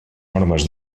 normes